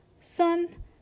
Sun